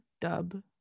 dub